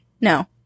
No